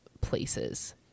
places